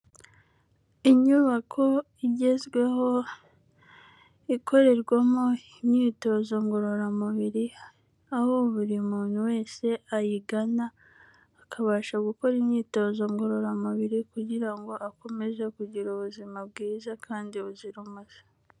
Inyubako igezweho, ikorerwamo imyitozo ngororamubiri, aho buri muntu wese ayigana, akabasha gukora imyitozo ngororamubiri kugira ngo akomeze kugira ubuzima bwiza kandi buzira umuze.